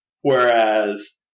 Whereas